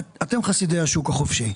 אתם חסידי השוק החופשי,